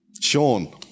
Sean